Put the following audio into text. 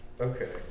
okay